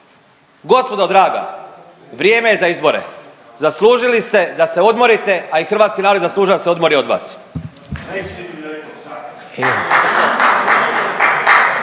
Gospodo draga, vrijeme je za izbore, zaslužili ste da se odmorite, a i hrvatski narod je zaslužio da se odmori od vas.